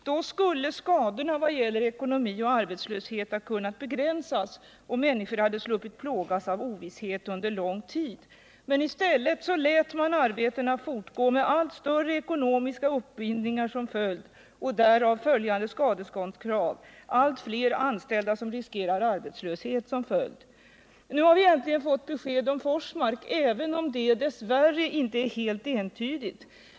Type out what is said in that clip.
Då skulle skadorna i vad gäller ekonomi och arbetslöshet ha kunnat begränsas, och då hade människorna sluppit plågas av ovisshet under lång tid. I stället lät man arbetena fortgå med allt större ekonomiska uppbindningar och därav föranledda skadeståndskrav liksom med allt fler anställda som riskerar arbetslöshet som följd. Nu har vi äntligen fått besked när det gäller Forsmark, och det är bra. Men beskedet är dess värre inte helt entydigt.